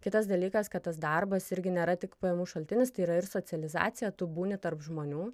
kitas dalykas kad tas darbas irgi nėra tik pajamų šaltinis tai yra ir socializacija tu būni tarp žmonių